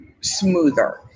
smoother